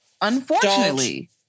unfortunately